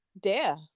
death